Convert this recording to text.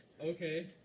Okay